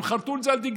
הם חרתו את זה על דגלם,